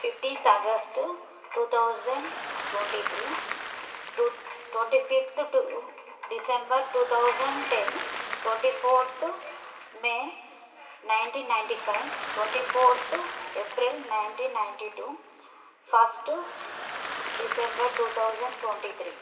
fifteenth August two thousand twenty three to twenty fifth to December two thousand ten twenty fourth May nineteen ninety five twenty fourth April nineteen ninety two first December two thousand twenty three